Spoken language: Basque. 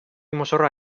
mozorroa